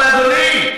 אבל אדוני,